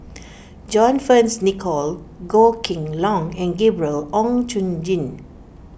John Fearns Nicoll Goh Kheng Long and Gabriel Oon Chong Jin